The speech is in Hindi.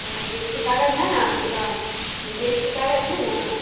हाँ जी एस टी कागज़ है ना आपके साथ जी एस टी कागज़ है ना